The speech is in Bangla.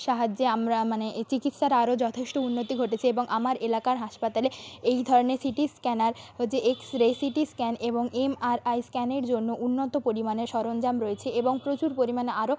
সাহায্যে আমরা মানে এ চিকিৎসার আরও যথেষ্ট উন্নতি ঘটেছে এবং আমার এলাকার হাসপাতালে এই ধরনের সিটি স্ক্যানার হচ্ছে এক্স রে সিটি স্ক্যান এবং এমআরআই স্ক্যানের জন্য উন্নত পরিমাণে সরঞ্জাম রয়েছে এবং প্রচুর পরিমাণে আরও